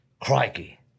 Crikey